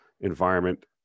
environment